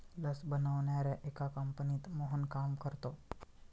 लस बनवणाऱ्या एका कंपनीत मोहन काम करतो